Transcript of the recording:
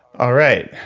all right.